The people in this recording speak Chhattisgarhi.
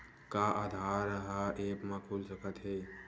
का आधार ह ऐप म खुल सकत हे?